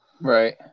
right